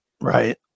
Right